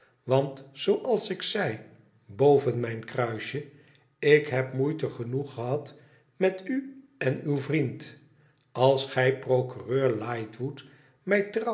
want zooals ik zei boven mijn kruisje ik heb moeite genoeg gehad met u en uw vriend als gij procureur lightwood mij